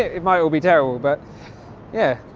it might all be terrible. but yeah,